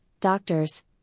doctors